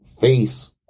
face